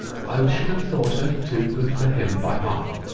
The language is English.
i should have thought her too good for him by half.